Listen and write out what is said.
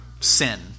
sin